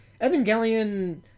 Evangelion